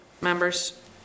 members